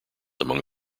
among